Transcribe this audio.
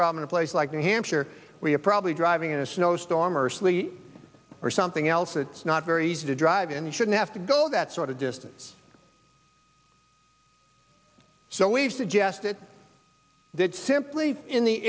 problem in a place like new hampshire we're probably driving in a snowstorm recently or something else it's not very easy to drive and it shouldn't have to go that sort of distance so we've suggested that simply in the